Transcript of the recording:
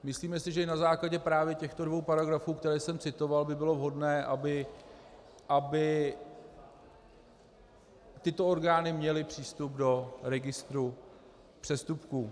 Myslíme si, že na základě právě těchto dvou paragrafů, které jsem citoval, by bylo vhodné, aby tyto orgány měly přístup do registru přestupků.